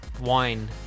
wine